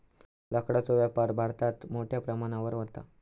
लाकडाचो व्यापार भारतात मोठ्या प्रमाणावर व्हता